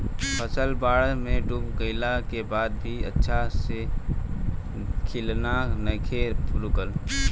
फसल बाढ़ में डूब गइला के बाद भी अच्छा से खिलना नइखे रुकल